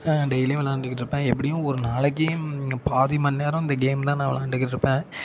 daily விளாண்டுக்கிட்டு இருப்பேன் எப்படியும் ஒரு நாளைக்கு பாதி மணி நேரம் இந்த கேம் தான் நான் விளாண்டுக்கிட்டு இருப்பேன்